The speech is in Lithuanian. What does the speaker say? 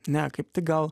ne kaip tik gal